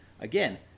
again